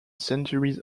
centuries